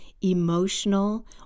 emotional